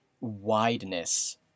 wideness